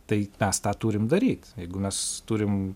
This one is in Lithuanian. tai mes tą turim daryt jeigu mes turim